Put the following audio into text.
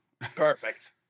Perfect